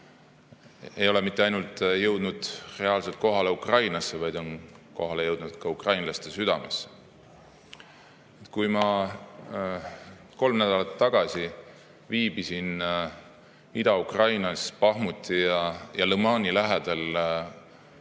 ei ole mitte ainult jõudnud reaalselt kohale Ukrainasse, vaid on kohale jõudnud ka ukrainlaste südamesse. Kui ma kolm nädalat tagasi viibisin Ida-Ukrainas Bahmuti ja Lõmani lähedal